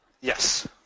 yes